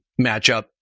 matchup